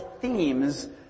themes